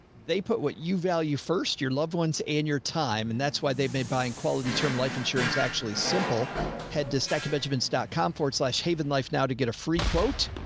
they put what you value first, your loved ones and your time. and that's why they've made buying quality term life insurance actually simple had distechia benjamins dot com forward slash haven life. now to get a free quote.